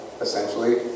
essentially